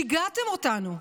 שיגעתם אותנו.